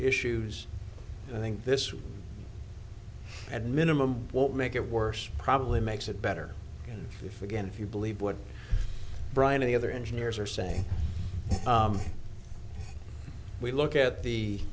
issues and i think this at minimum won't make it worse probably makes it better if again if you believe what brian or the other engineers are saying we look at the